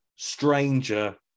Stranger